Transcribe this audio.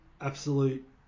absolute